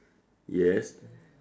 yes